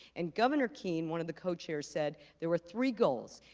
and governor keen, one of the co-chairs, said there were three goals,